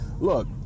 look